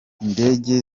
indege